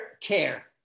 care